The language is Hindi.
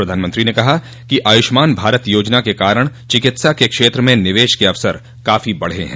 प्रधानमंत्री ने कहा कि आयुष्मान भारत योजना के कारण चिकित्सा के क्षेत्र में निवेश के अवसर काफी बढ़े हैं